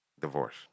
Divorce